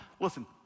Listen